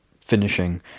finishing